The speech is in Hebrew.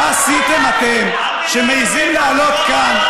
מה עשיתם אתם, שמעיזים להעלות כאן,